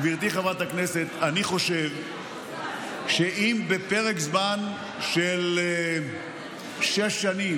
אני חושב שאם בפרק זמן של שש שנים,